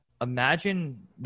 Imagine